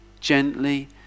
gently